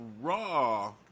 raw